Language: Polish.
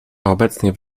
obecnie